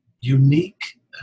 unique